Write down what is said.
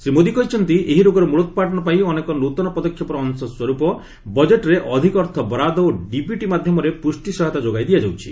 ଶ୍ରୀ ମୋଦି କହିଛନ୍ତି ଏହି ରୋଗର ମ୍ବଳୋପ୍ରାଟନ ପାଇଁ ଅନେକ ନୂତନ ପଦକ୍ଷେପର ଅଂଶସ୍ୱରୂପ ବଜେଟ୍ରେ ଅଧିକ ଅର୍ଥ ବରାଦ ଓ ଡିବିଟି ମାଧ୍ୟମରେ ପୃଷ୍ଟି ସହାୟତା ଯୋଗାଇ ଦିଆଯାଉଛି